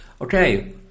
Okay